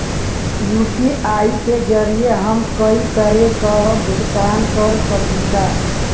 UPI के जरिये हम कई तरे क भुगतान कर सकीला